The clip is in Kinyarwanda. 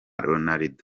ronaldo